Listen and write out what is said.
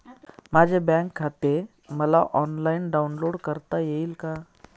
माझे बँक खाते मला ऑनलाईन डाउनलोड करता येईल का?